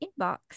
inbox